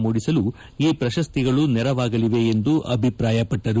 ಮೂಡಿಸಲು ಈ ಪ್ರಶಸ್ತಿಗಳು ನೆರವಾಗಲಿವೆ ಎಂದು ಅಭಿಪ್ರಾಯಪಟ್ಟರು